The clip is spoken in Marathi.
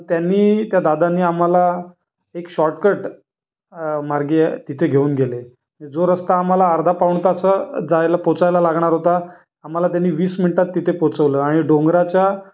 त्यांनी त्या दादांनी आमाला एक शॉर्टकट मार्गी तिथे घेऊन गेले जो रस्ता आम्हाला अर्धा पाऊण तास जायला पोचायला लागणार होता आम्हाला त्यांनी वीस मिनटात तिथे पोचवलं आणि डोंगराच्या